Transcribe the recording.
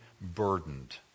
burdened